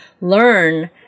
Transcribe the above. learn